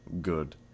Good